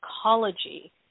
psychology